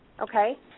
okay